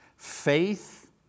Faith